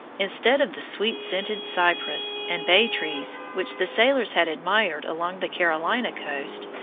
instead of the sweet-scented cypress and bay trees which the sailors had admired along the carolina coast,